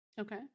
Okay